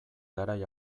garai